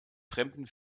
fremden